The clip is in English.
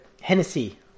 hennessy